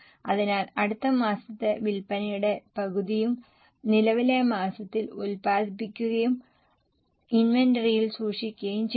അതിനാൽ അടുത്ത മാസത്തെ വിൽപ്പനയുടെ പകുതിയും നിലവിലെ മാസത്തിൽ ഉൽപ്പാദിപ്പിക്കുകയും ഇൻവെന്ററിയിൽ സൂക്ഷിക്കുകയും ചെയ്യുന്നു